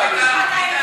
תודה רבה.